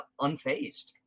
unfazed